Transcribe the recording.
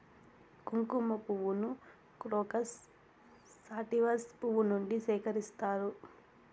కుంకుమ పువ్వును crocus sativus పువ్వు నుండి సేకరిస్తారు